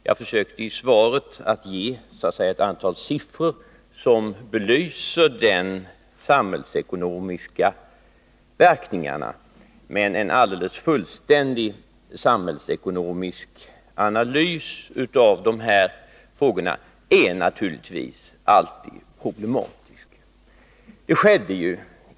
Jag försökte i svaret att ge ett antal siffror som belyser de samhällsekonomiska verkningarna, men en alldeles fullständig samhällsekonomisk analys av dessa frågor är naturligtvis alltid problematisk.